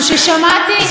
זאת דמוקרטיה,